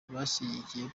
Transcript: bashyigikiye